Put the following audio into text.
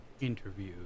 Interview